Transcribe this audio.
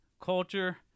culture